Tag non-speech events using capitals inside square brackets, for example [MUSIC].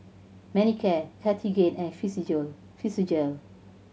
Manicare Cartigain and [UNINTELLIGIBLE] Physiogel